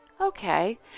okay